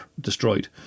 destroyed